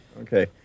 Okay